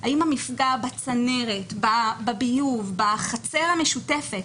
המפגע בצנרת, בביוב, בחצר המשותפת.